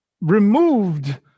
removed